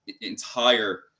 entire